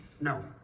No